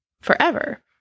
forever